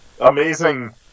amazing